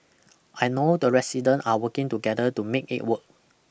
I know the resident are working together to make it work